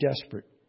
desperate